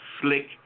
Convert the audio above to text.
slick